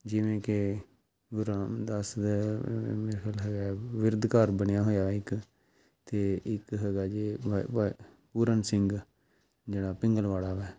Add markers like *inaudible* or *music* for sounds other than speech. ਜਿਵੇਂ ਕਿ ਗੁਰੂ ਰਾਮਦਾਸ ਦੇ *unintelligible* ਬਿਰਧ ਘਰ ਬਣਿਆ ਹੋਇਆ ਇੱਕ ਅਤੇ ਇੱਕ ਹੈਗਾ ਜੀ *unintelligible* ਪੂਰਨ ਸਿੰਘ ਜਿਹੜਾ ਪਿੰਗਲਵਾੜਾ ਹੈ